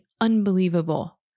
unbelievable